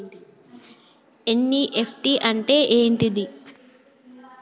NEFT అంటే ఏంటిది?